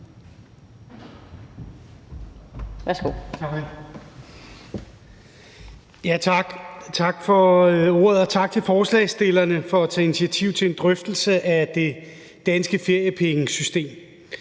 Tak for ordet. Og tak til forslagsstillerne for at tage initiativ til en drøftelse af det danske feriepengesystem.